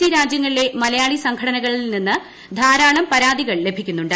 C രാജ്യങ്ങളിലെ മലയാളി സംഘടനകളിൽ നിന്ന് ധാരാളം പരാതികൾ ലഭിക്കുന്നുണ്ട്